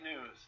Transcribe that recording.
news